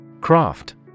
Craft